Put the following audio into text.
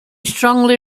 strongly